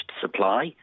supply